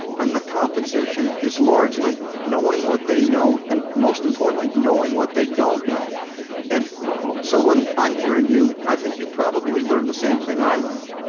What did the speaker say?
and the compensation is largely knowing what they know and most importantly, knowing what they don't know and so when i'm hearing you, i think you probably probably learned the same thing i learned.